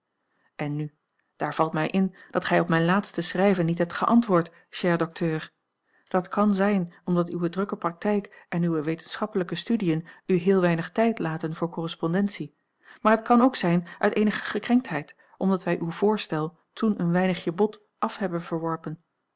en nu daar valt mij in dat gij op mijn laatste schrijven niet hebt geantwoord cher docteur dat kan zijn omdat uwe drukke praktijk en uwe wetenschappelijke studiën u heel weinig tijd laten voor correspondentie maar het kan ook zijn uit eenige gekrenktheid omdat wij uw voorstel toen een weinigje bot af hebben verworpen